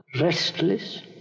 restless